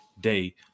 day